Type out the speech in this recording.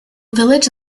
village